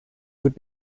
would